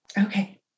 okay